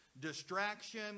distraction